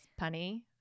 punny